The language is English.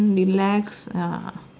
relax ya